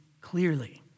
clearly